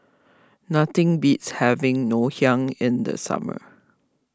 nothing beats having Ngoh Hiang in the summer